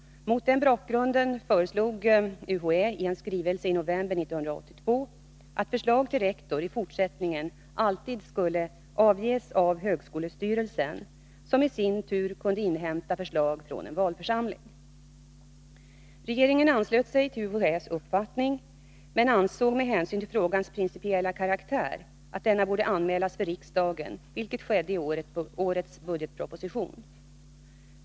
Mot den bakgrunden föreslog UHÄ i en skrivelse i november 1982 att förslag till rektor i fortsättningen alltid skulle avges av högskolestyrelsen, som i sin tur kunde inhämta förslag från en valförsamling. Regeringen anslöt sig till UHÄ:s uppfattning, men ansåg med hänsyn till frågans principiella karaktär att denna borde anmälas för riksdagen, vilket skedde i årets budgetproposition.